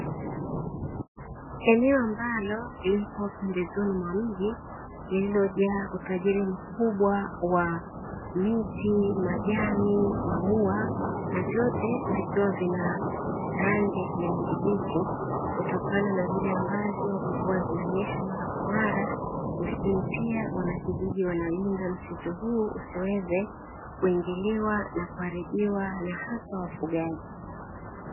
Eneo ambalo lipo pembezoni mwa mji lililojaa utajiri mkubwa wa miti, majani, maua na vyote vikiwa vina rangi ya kijani kibichi kutokana na vile ambayo mvua zinanyesha mara kwa mara, lakini pia wana kijiji wanalinda msitu huu usiweze kuingiliwa na kuharibiwa na haswa wafugaji.